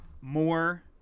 more